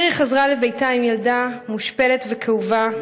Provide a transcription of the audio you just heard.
מירי חזרה לביתה עם ילדה מושפלת וכאובה,